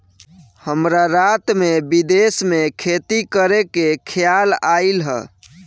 हमरा रात में विदेश में खेती करे के खेआल आइल ह